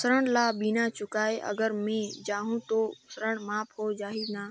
ऋण ला बिना चुकाय अगर मै जाहूं तो ऋण माफ हो जाही न?